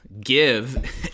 give